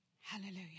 Hallelujah